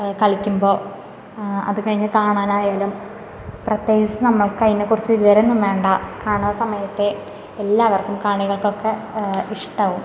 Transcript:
കളിക്കുമ്പോൾ അത് കഴിഞ്ഞ് കാണാനായാലും പ്രത്യേകിച്ച് നമ്മൾക്ക് അതിനെക്കുറിച്ചു വിവരോന്നും വേണ്ട കാണുന്ന സമയത്തെ എല്ലാവർക്കും കാണികൾക്കൊക്കെ ഇഷ്ടമാവും